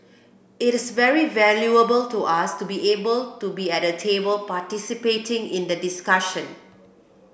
it is very valuable to us to be able to be at the table participating in the discussion